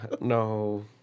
No